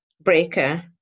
Breaker